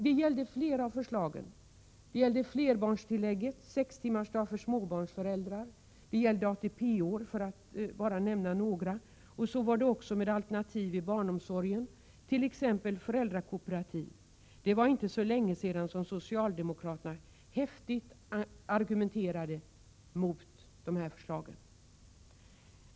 Det gällde flera av förslagen — flerbarnstillägget, sextimmarsdag för småbarnsföräldrar, ATP-år, för att nämna några. Så var det också med alternativ i barnomsorgen, t.ex. föräldrakooperativ. Det var inte så länge sedan som socialdemokraterna häftigt argumenterade mot dessa.